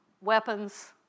weapons